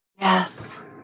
yes